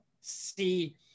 see